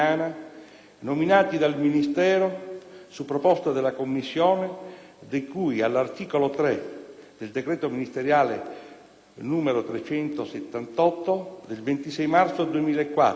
nominata dal Ministero su proposta della commissione di cui all'articolo 3 del decreto ministeriale n. 378/Ric. del 26 marzo 2004,